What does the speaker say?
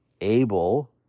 able